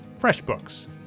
FreshBooks